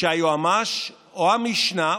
שהיועמ"ש או המשנה,